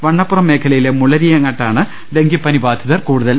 വണ്ണപ്പുറം മേഖലയിലെ മുള്ളരിങ്ങാട്ടാണ് ഡെങ്കിപ്പനി ബാധിതർ കൂടുതൽ